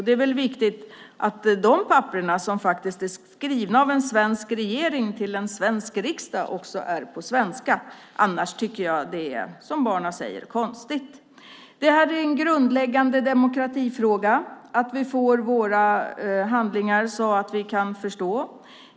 Det är viktigt att dessa papper, som faktiskt är skrivna av en svensk regering till en svensk riksdag, också är på svenska. Annars tycker jag att det är konstigt, som barnen säger. Det är en grundläggande demokratifråga att vi får våra handlingar så att vi kan förstå dem.